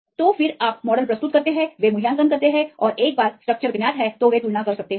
तो फिर आप अपना मॉडल प्रस्तुत करते हैं और वे मूल्यांकन करते हैं और एक बार स्ट्रक्चर ज्ञात है कि वे तुलना कर सकते हैं